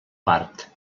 part